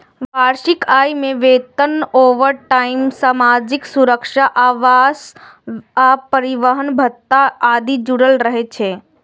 वार्षिक आय मे वेतन, ओवरटाइम, सामाजिक सुरक्षा, आवास आ परिवहन भत्ता आदि जुड़ल रहै छै